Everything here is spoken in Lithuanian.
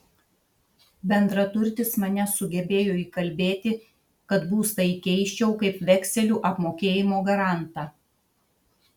bendraturtis mane sugebėjo įkalbėti kad būstą įkeisčiau kaip vekselių apmokėjimo garantą